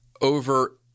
over